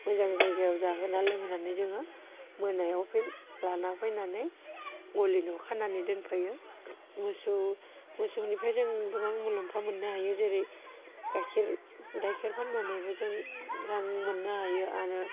मोजां जायगायाव जाहोना लोंहोनानै जोङो मोनायाव फै लाना फैनानै गलि न'वाव खानानै दोनफैयो मोसौ मोसौनिफाय जों गोबां मुलाम्फा मोननो हायो जेरै गाइखेर गाइखेर फान्नानैबो जों रां मोननो हायो आरो